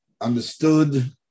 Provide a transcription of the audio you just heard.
understood